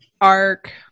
arc